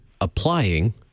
applying